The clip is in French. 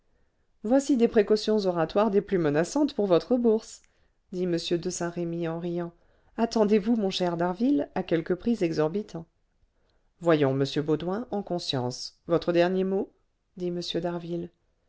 voici des précautions oratoires des plus menaçantes pour votre bourse dit m de saint-remy en riant attendez-vous mon cher d'harville à quelque prix exorbitant voyons monsieur baudoin en conscience votre dernier mot dit